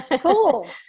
Cool